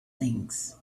things